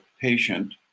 patient